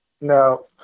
No